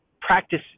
practice